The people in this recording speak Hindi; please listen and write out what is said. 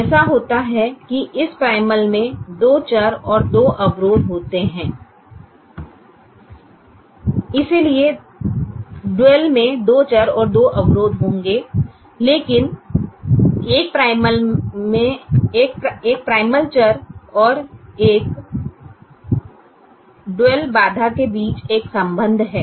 ऐसा होता है कि इस प्राइमल के दो चर और दो अवरोध होते हैं इसलिए डुअल में दो चर और दो अवरोध होंगे लेकिन एक प्राइमल चर और एक दोहरी बाधा के बीच एक संबंध है